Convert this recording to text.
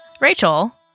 Rachel